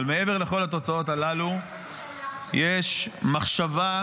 אבל מעבר לכל התוצאות הללו יש מחשבה,